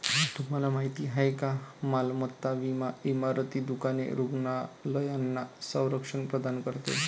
तुम्हाला माहिती आहे का मालमत्ता विमा इमारती, दुकाने, रुग्णालयांना संरक्षण प्रदान करतो